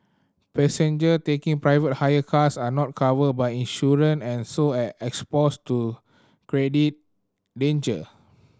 passenger taking private hire cars are not covered by insurance and so exposed to danger